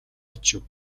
очив